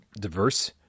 diverse